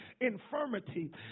infirmity